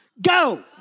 Go